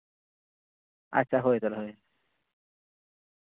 ᱟᱪᱪᱷᱟ ᱦᱳᱭ ᱛᱟᱞᱦᱮ ᱦᱳᱭ